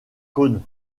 cônes